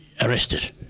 arrested